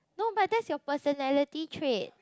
no but that's your personality trait